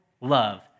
love